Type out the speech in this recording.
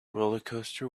rollercoaster